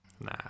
nah